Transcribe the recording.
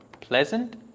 pleasant